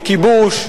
בכיבוש,